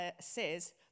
says